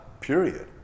period